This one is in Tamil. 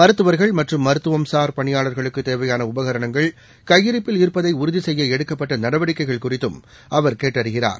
மருத்துவர்கள் மற்றும் மருத்துவம்சார் பணியாளர்களுக்குதேவையானஉபகரணங்கள் கையிருப்பில் இருப்பதைஉறுதிசெய்யஎடுக்கப்பட்டநடவடிக்கைகள் குறித்தும் அவர் கேட்டறிகிறார்